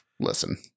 Listen